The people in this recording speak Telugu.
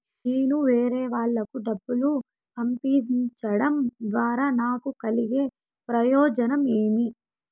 నేను వేరేవాళ్లకు డబ్బులు పంపించడం ద్వారా నాకు కలిగే ప్రయోజనం ఏమి?